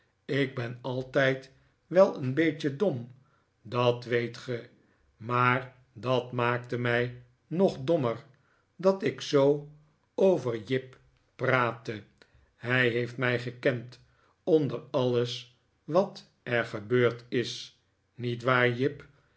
ik ben altijd wel een beetje dom dat weet ge maar dat maakte mij nog dommer dat ik zoo over jip praatte hij heeft mij gekend onder alles wat er gebeurd is niet waar jip